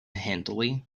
handily